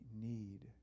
need